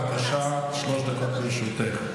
בבקשה, שלוש דקות לרשותך.